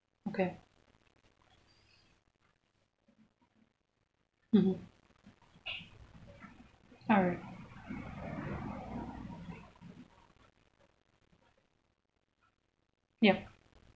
okay mmhmm alright yup